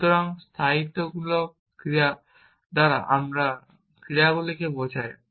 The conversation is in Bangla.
সুতরাং স্থায়িত্বমূলক ক্রিয়া দ্বারা আমরা ক্রিয়াগুলিকে বোঝায়